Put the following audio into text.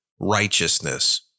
righteousness